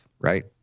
right